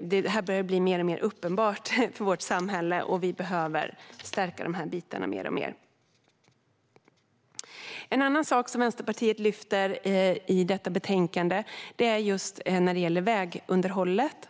Detta börjar bli mer och mer uppenbart i vårt samhälle, och vi behöver stärka dessa bitar mer och mer. En annan sak som Vänsterpartiet lyfter i betänkandet gäller vägunderhållet.